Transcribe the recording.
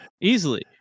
easily